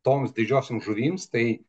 toms didžiosioms žuvims tai